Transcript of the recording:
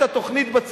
כי יש המושג של